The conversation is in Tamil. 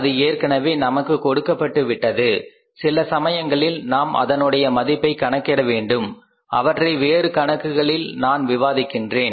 அது ஏற்கனவே நமக்கு கொடுக்கப்பட்டுவிட்டது சில சமயங்களில் நாம் அதனுடைய மதிப்பை கணக்கிட வேண்டும் அவற்றை வேறு கணக்குகளில் நான் விவாதிக்கிறேன்